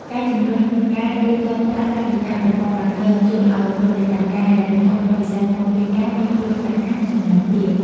ការជំរុញការទូទាត់ប្រាក់តាមរយៈ "ប្រព័ន្ធបាគង" ជួយឱ្យប្រតិបត្តិការហិរញ្ញវត្ថុក្នុងវិស័យភស្តុភារកម្មមានភាពរហ័ស និងចំណាយទាប។